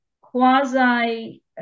quasi-